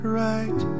right